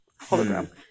hologram